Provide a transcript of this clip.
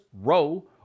row